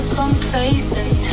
complacent